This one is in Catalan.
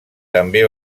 també